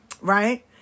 right